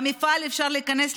במפעל אפשר להיכנס,